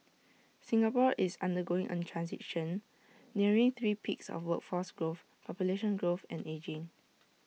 Singapore is undergoing A transition nearing three peaks of workforce growth population growth and ageing